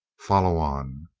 follow on.